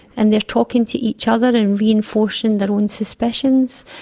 and they are talking to each other and reinforcing their own suspicions.